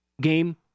Game